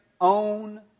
own